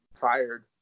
fired